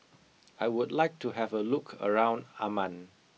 I would like to have a look around Amman